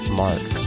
mark